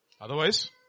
Otherwise